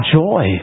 joy